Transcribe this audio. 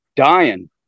dying